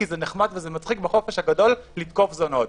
כי זה נחמד וזה מצחיק בחופש הגדול לתקוף זונות.